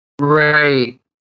Right